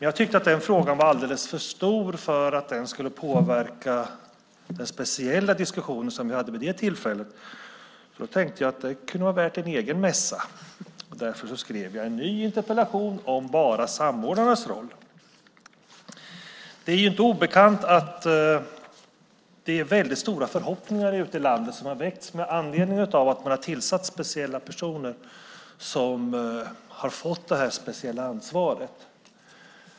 Jag tyckte att den frågan var alldeles för stor för att den skulle påverka den speciella diskussion som vi hade vid det tillfället. Då tänkte jag att det kunde vara värt en egen mässa. Därför skrev jag en ny interpellation om bara samordnarnas roll. Det är inte obekant att väldigt stora förhoppningar har väckts ute i landet med anledning av att man har tillsatt speciella personer som har fått det här speciella ansvaret.